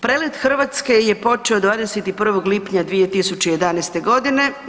Prelet Hrvatske je počeo 21. lipnja 2011. godine.